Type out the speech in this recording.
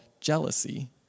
jealousy